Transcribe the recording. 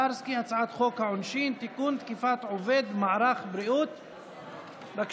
הצעת חוק העונשין (החמרת הענישה על עבירות כלפי אנשי צוות רפואי) עוברת